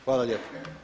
Hvala lijepa.